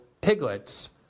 piglets